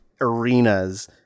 arenas